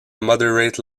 moderate